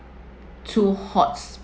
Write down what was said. too hot